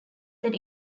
that